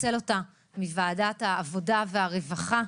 לפצל אותה מוועדת העבודה והרווחה.